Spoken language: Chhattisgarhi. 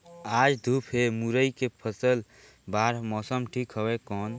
आज धूप हे मुरई के फसल बार मौसम ठीक हवय कौन?